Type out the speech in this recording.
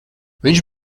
viņš